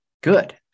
good